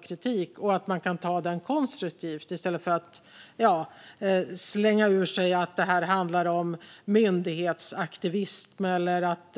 De visar att de tar kritiken konstruktivt i stället för att slänga ur sig kommentarer som att det handlar om myndighetsaktivism eller att